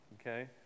okay